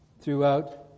throughout